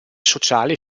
sociali